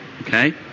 Okay